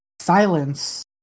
silence